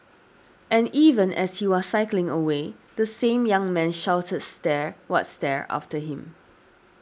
and even as he was cycling away the same young man shouted stare what stare after him